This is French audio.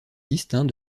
distinct